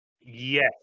Yes